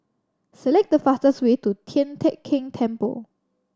select the fastest way to Tian Teck Keng Temple